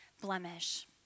blemish